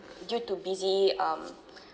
due to busy um